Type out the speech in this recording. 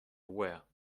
were